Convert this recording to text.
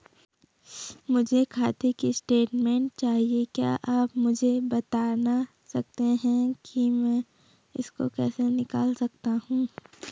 मुझे खाते की स्टेटमेंट चाहिए क्या आप मुझे बताना सकते हैं कि मैं इसको कैसे निकाल सकता हूँ?